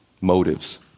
Motives